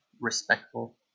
respectful